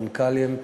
מנכ"לים,